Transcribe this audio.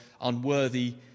unworthy